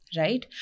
right